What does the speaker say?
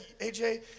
AJ